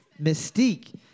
Mystique